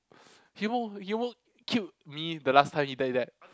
he would he would killed me the last time he did that